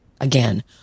Again